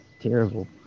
terrible